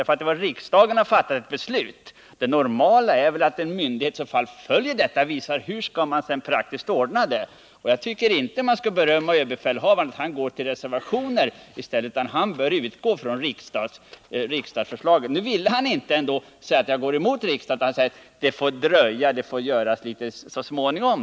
Riksdagen har nämligen fattat ett beslut, och det normala är att en myndighet följer riksdagens beslut och visar hur det praktiskt skall genomföras. Överbefälhavaren bör inte utgå från reservationer utan från riksdagens beslut. Nu sade han inte direkt att han gick emot riksdagens beslut, utan han sade att det får dröja och ske så småningom.